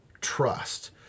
trust